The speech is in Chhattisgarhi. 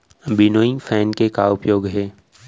विनोइंग फैन के का उपयोग हे?